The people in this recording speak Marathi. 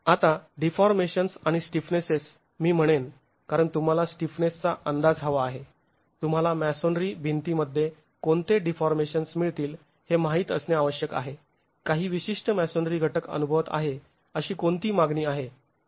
आता डीफॉर्मेशन्स आणि स्टीफनेसेस मी म्हणेन कारण तुम्हाला स्टीफनेसचा अंदाज हवा आहे तुम्हाला मॅसोनरी भिंती मध्ये कोणते डीफॉर्मेशन्स मिळतील हे माहीत असणे आवश्यक आहे काही विशिष्ट मॅसोनरी घटक अनुभवत आहे अशी कोणती मागणी आहे